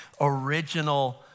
original